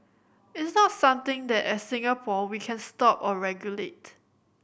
it's not something that as Singapore we can stop or regulate